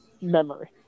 memory